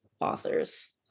authors